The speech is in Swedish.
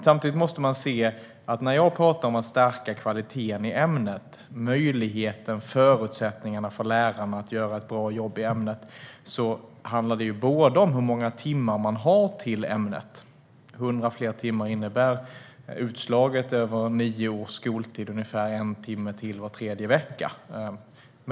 Samtidigt är det så att när jag talar om att stärka kvaliteten i ämnet och om möjligheterna och förutsättningarna för lärarna att göra ett bra jobb handlar det inte bara om hur många timmar man har till ämnet - 100 fler timmar innebär, utslaget över nio års skoltid, ungefär en timme till var tredje vecka.